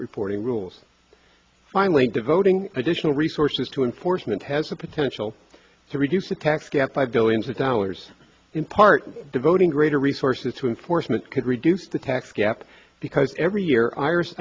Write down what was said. reporting rules finally devoting additional resources to enforcement has the potential to reduce the tax gap by billions of dollars in part devoting greater resources to enforcement could reduce the tax gap because every year iris